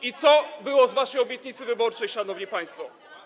I co było z waszej obietnicy wyborczej, szanowni państwo?